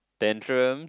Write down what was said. tantrums